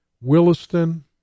Williston